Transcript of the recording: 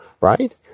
right